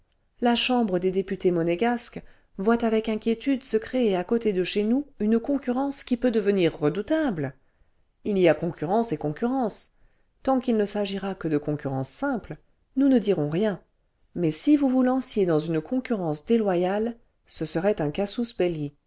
la chambre des députés monégasques voit avec inquiétude se créer à côté de chez nous une concurrence qui peut devenir redoutable il y a concurrence et concurrence tant qu'il ne s'agira que de concurrence simple nous né dirons rien mais si vous vous lanciez'dans une concurrence déloyale ce serait un casus belli